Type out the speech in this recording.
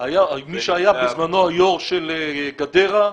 מי שהיה בזמנו יו"ר של גדרה,